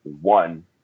one